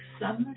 summer